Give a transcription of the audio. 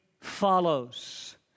follows